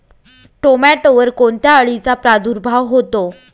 टोमॅटोवर कोणत्या अळीचा प्रादुर्भाव होतो?